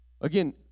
Again